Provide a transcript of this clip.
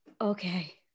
Okay